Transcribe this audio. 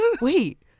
wait